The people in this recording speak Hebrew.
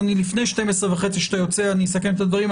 לפני שאתה יוצר, אני אסכם את הדברים.